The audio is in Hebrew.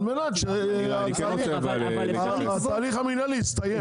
על מנת שהתהליך המינהלי יסתיים.